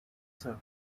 sir